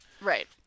Right